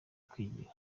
kwigira